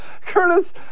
Curtis